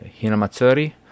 Hinamatsuri